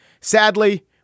Sadly